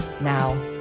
Now